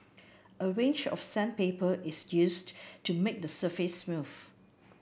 a range of sandpaper is used to make the surface smooth